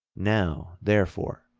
now, therefore,